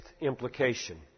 implication